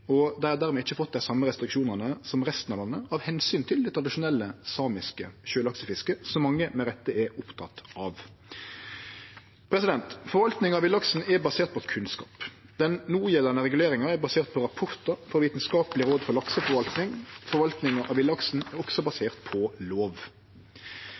og dei har dermed ikkje fått dei same restriksjonane som resten av landet, av omsyn til det tradisjonelle samiske sjølaksefisket, som mange med rette er opptekne av. Forvalting av villaksen er basert på kunnskap. Den nogjeldande reguleringa er basert på rapportar frå Vitenskapelig råd for lakseforvaltning. Forvaltinga av villaksen er også